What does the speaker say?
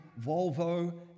volvo